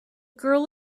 girl